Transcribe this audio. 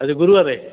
ଆଜି ଗୁରୁବାର